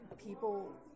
people